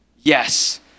Yes